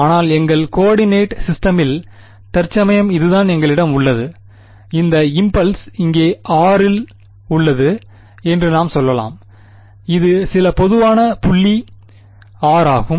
ஆனால் எங்கள் கோஆர்டினேட் சிஸ்டமில் தற்சமயம் இதுதான் எங்களிடம் உள்ளது இந்த இம்பல்ஸ் இங்கே r இல் உள்ளது என்று நாம் சொல்லலாம் இது சில பொதுவான புள்ளி r ஆகும்